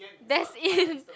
that's it